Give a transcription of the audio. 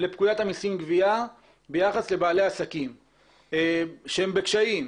לפקודת המסים (גבייה) ביחס לבעלי עסקים שהם בקשיים,